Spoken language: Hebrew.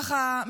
ככה,